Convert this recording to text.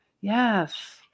Yes